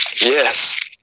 Yes